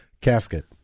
casket